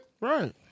Right